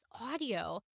audio